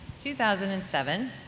2007